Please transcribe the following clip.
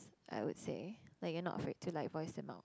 I would say like you're not afraid to like voice them out